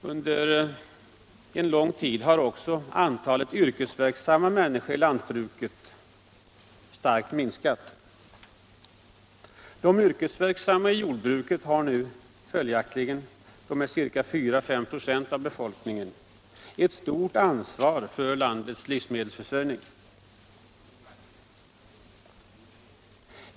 Under en lång tid har också antalet yrkesverksamma människor i lantbruket minskat starkt. De yrkesverksamma i jordbruket, ca 4-5 96 av befolkningen, har nu följaktligen ett stort ansvar för landets livsmedelsförsörjning.